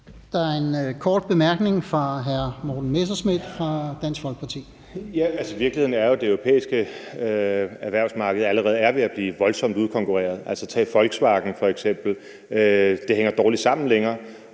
Der er en kort bemærkning fra hr. Morten Messerschmidt fra Dansk Folkeparti. Kl. 13:23 Morten Messerschmidt (DF): Virkeligheden er jo, at det europæiske erhvervsmarked allerede er ved at blive voldsomt udkonkurreret; tag f.eks. Volkswagen. Det hænger jo dårligt sammen længere,